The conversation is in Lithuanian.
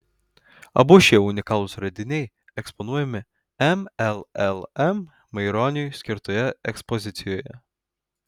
abu šie unikalūs radiniai eksponuojami mllm maironiui skirtoje ekspozicijoje